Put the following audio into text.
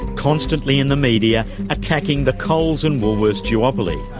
constantly in the media attacking the coles and woolworths duopoly.